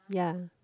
ya